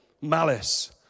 malice